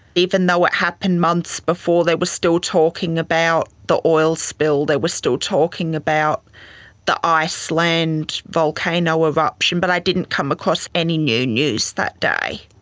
even though it happened months before they were still talking about the oil spill, they were still talking about the iceland volcano eruption, but i didn't come across any new news that day.